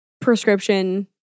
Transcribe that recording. prescription